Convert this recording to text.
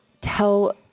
tell